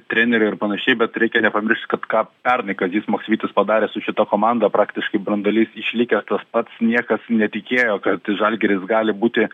trenerio ir panašiai bet reikia nepamiršti kad ką pernai kazys maksvytis padarė su šita komanda praktiškai branduolys išlikęs tas pats niekas netikėjo kad žalgiris gali būti